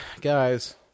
Guys